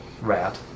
rat